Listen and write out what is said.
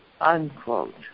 unquote